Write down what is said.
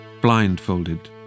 blindfolded